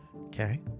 Okay